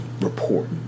report